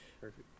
Perfect